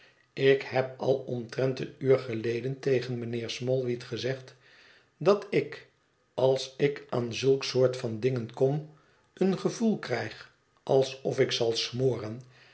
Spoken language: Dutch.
ik heb al omtrent een uur geleden tegen mijnheer smallweed gezegd dat ik als ik aan zulk soort van dingen kom een gevoel krijg alsof ik zal smoren